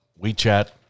WeChat